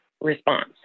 response